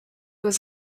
was